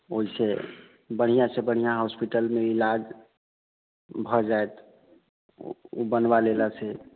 ओहिसँ बढ़िआँसँ बढ़िआँ हॉस्पिटलमे इलाज भऽ जायत ओ ओ बनबा लेलासँ